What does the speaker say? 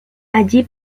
allí